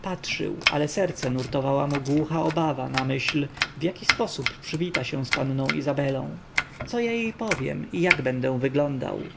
patrzył ale serce nurtowała mu głucha obawa na myśl w jaki sposób przywita się z panną izabelą co ja jej powiem i jak będę wyglądał